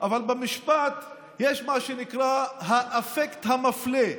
אבל במשפט יש מה שנקרא האפקט המפלה,